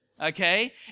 okay